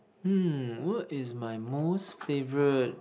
mm what is my most favourite